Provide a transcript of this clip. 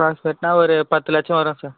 அப்ராக்ஸிமேட்டாக ஒரு பத்து லட்சம் வரும் சார்